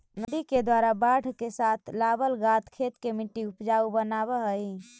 नदि के द्वारा बाढ़ के साथ लावल गाद खेत के मट्टी के ऊपजाऊ बनाबऽ हई